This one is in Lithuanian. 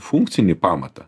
funkcinį pamatą